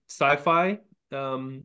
sci-fi